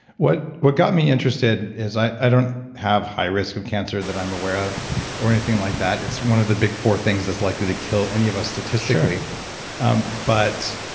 what what got me interested is, i don't have high risk of cancer that i'm aware of or anything like that. it's one of the big four things that's likely to kill any of us statistically sure um but